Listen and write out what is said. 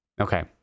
okay